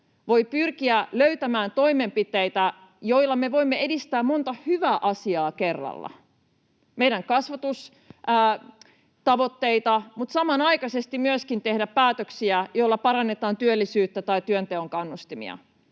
voi pyrkiä löytämään toimenpiteitä, joilla me voimme edistää montaa hyvää asiaa kerralla, kuten meidän kasvatustavoitteita, mutta samanaikaisesti myöskin tehdä päätöksiä, joilla parannetaan työllisyyttä tai työnteon kannustimia.